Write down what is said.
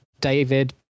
David